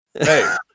Hey